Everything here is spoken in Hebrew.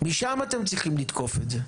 משם אתם צריכים לתקוף את זה.